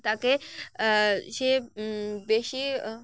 তাকে সে বেশি